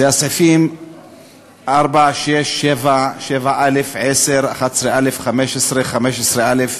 אלו סעיפים 4, 6, 7, 7א, 10, 11א, 15, 15א,